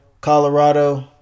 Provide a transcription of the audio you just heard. Colorado